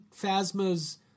Phasma's